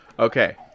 Okay